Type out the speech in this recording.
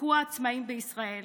יזכו העצמאים בישראל